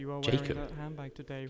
Jacob